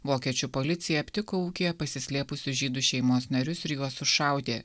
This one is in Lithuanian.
vokiečių policija aptiko ūkyje pasislėpusių žydų šeimos narius ir juos sušaudė